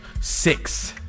six